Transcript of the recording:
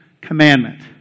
commandment